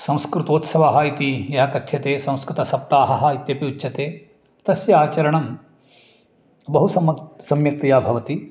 संस्कृतोत्सवः इति यः कथ्यते संस्कृतसप्ताहः इत्यपि उच्यते तस्य आचरणं बहु सम्यक् सम्यक्तया भवति